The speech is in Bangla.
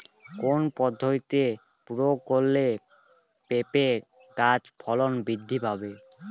কোন পদ্ধতি প্রয়োগ করলে পেঁপে গাছের ফলন বৃদ্ধি পাবে?